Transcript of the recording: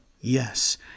yes